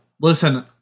Listen